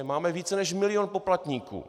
Máme více než milion poplatníků.